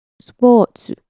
Sports